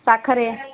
साखर आहे